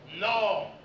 No